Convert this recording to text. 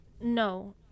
No